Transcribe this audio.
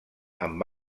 amb